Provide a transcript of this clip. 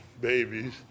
babies